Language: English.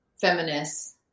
feminists